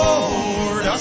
Lord